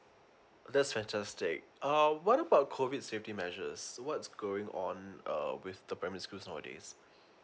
that's fantastic uh what about COVID safety measures what's going on uh with the primary schools nowadays